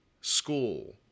school